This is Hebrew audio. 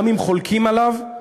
גם אם חולקים עליו,